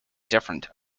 different